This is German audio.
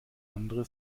andere